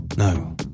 No